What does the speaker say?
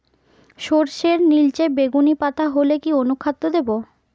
সরর্ষের নিলচে বেগুনি পাতা হলে কি অনুখাদ্য দেবো?